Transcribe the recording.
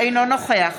אינו נוכח